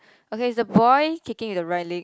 okay is the boy kicking with the right leg